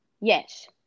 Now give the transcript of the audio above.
yes